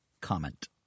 comment